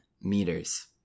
meters